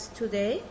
today